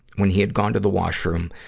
when he had gone to the washroom,